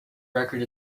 record